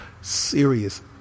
serious